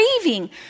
craving